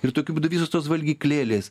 ir tokiu būdu visos tos valgyklėlės